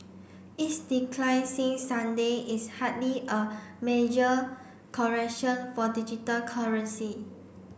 its decline since Sunday is hardly a major correction for digital currency